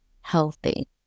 healthy